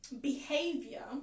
behavior